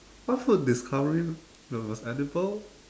what food discovery when was edible